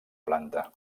planta